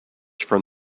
from